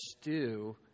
stew